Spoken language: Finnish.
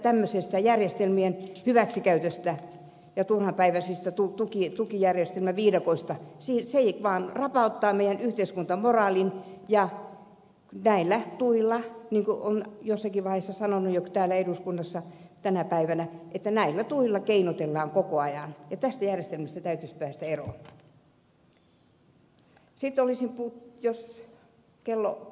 tämmöinen järjestelmien hyväksikäyttö ja turhanpäiväinen tukijärjestelmäviidakko vaan rapauttaa yhteiskuntamoraalin ja niin kuin olen jossakin vaiheessa sanonut jo täällä eduskunnassa tänä päivänä näillä tuilla keinotellaan koko ajan ja tästä järjestelmästä täytyisi päästä eroon